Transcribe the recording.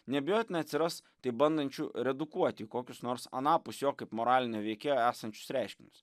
neabejotinai atsiras tai bandančių redukuoti į kokius nors anapus jo kaip moralinio veikėjo esančius reiškinius